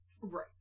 Right